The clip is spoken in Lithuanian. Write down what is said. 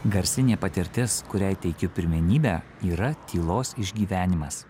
garsinė patirtis kuriai teikiu pirmenybę yra tylos išgyvenimas